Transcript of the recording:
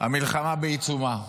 המלחמה בעיצומה.